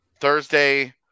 Thursday